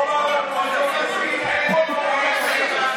חברים, מי שהולך לעשות את המלאכות האלה בשטח,